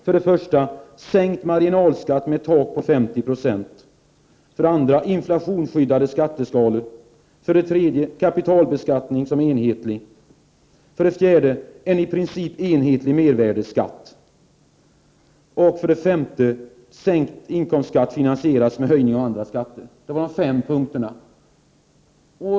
Jag läste där om folkpartiets fem krav på skattereformen: 5. Den sänkta inkomstskatten finansieras genom höjning av andra skatter. Dessa var de fem punkterna.